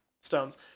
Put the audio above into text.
stones